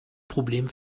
problem